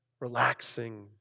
relaxing